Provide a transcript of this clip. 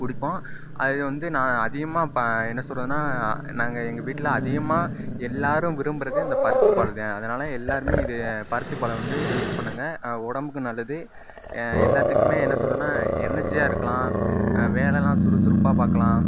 குடிப்போம் அது வந்து நான் அதிகமாக இப்போ என்ன சொல்கிறதுன்னா நாங்கள் எங்கள் வீட்டில் அதிகமாக எல்லோரும் விரும்புவதே இந்த பருத்திப்பால்தான் அதனால் எல்லோருமே இது பருத்திப்பாலை வந்து யூஸ் பண்ணுங்கள் உடம்புக்கும் நல்லது எல்லாத்துக்கும் என்ன சொல்கிறேன்னா எனர்ஜியாக இருக்கலாம் வேலைலாம் சுறுசுறுப்பாக பார்க்கலாம்